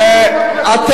פשוט,